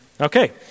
Okay